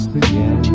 again